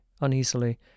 uneasily